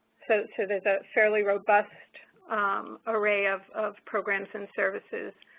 so, to the fairly robust array of of programs and services.